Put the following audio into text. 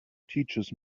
teaches